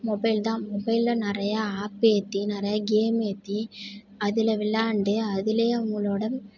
mobile தான் மொபைலில் நிறையா ஆப் ஏற்றி நிறையா கேம் ஏற்றி அதில் விளாண்டு அதில் அவங்களோட